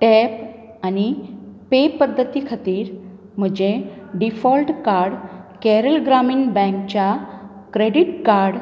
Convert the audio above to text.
tap आनी pay पद्दती खातीर म्हजें डिफॉल्ट कार्ड केरळ ग्रामीण बँकच्या क्रॅडिट कार्ड